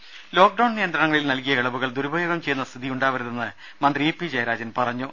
രുഭ ലോക്ഡൌൺ നിയന്ത്രണങ്ങളിൽ നൽകിയ ഇളവുകൾ ദുരുപയോഗം ചെയ്യുന്ന സ്ഥിതിയുണ്ടാവരുതെന്ന് മന്ത്രി ഇ പി ജയരാജൻ പറഞ്ഞു